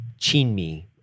chinmi